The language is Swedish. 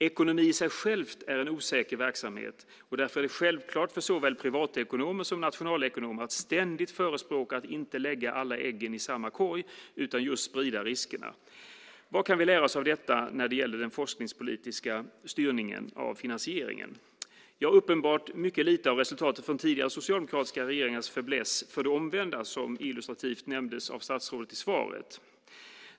Ekonomi är i sig en osäker verksamhet. Därför är det självklart för såväl privatekonomer som nationalekonomer att ständigt förespråka att inte lägga alla äggen i samma korg, utan sprida riskerna. Vad kan vi lära oss av detta när det gäller den forskningspolitiska styrningen av finansieringen? Uppenbarligen mycket lite, att döma av resultatet från tidigare socialdemokratiska regeringars fäbless för det omvända, som illustrativt nämndes av statsrådet i svaret.